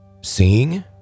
seeing